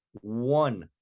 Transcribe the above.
one